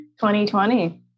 2020